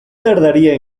tardaría